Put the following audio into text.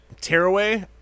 Tearaway